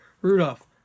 Rudolph